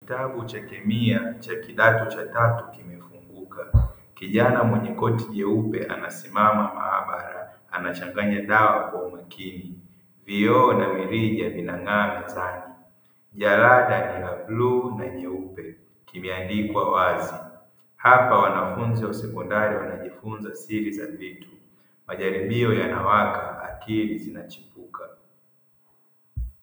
Kitabu cha kemia cha kidato cha tatu kilichofunguka, kijana aliyevaa koti amesimama maabara anachanganya dawa kwa makini vioo na mirija vimeng'aa mezani, jarada limeandikwa hapa wanafunzi wa sekondari wanajifunza siri ya vitu akili zinachipuka.